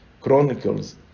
chronicles